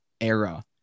era